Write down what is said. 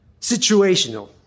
situational